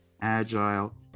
Agile